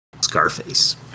Scarface